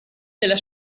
della